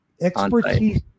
expertise